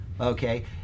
Okay